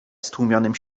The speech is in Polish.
stłumionym